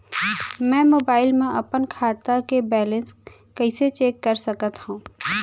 मैं मोबाइल मा अपन खाता के बैलेन्स कइसे चेक कर सकत हव?